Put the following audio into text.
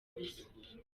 ubusa